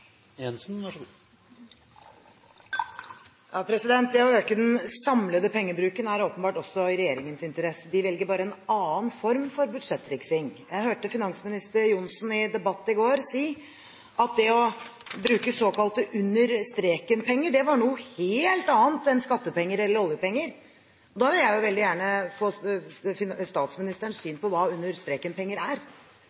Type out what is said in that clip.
åpenbart også i regjeringens interesse, de velger bare en annen form for budsjettriksing. Jeg hørte finansminister Johnsen si i en debatt i går at det å bruke såkalte under-streken-penger er noe helt annet enn det å bruke skattepenger eller oljepenger. Da vil jeg veldig gjerne få